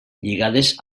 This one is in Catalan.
lligades